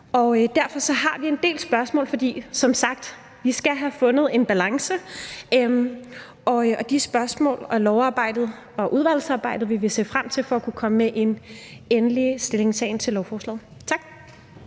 Derfor har vi en del spørgsmål, fordi vi som sagt skal have fundet en balance, og de spørgsmål og lovarbejdet og udvalgsarbejdet vil vi se frem til for at kunne komme med en endelig stillingtagen til lovforslaget. Tak.